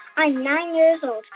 i'm nine years old.